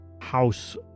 house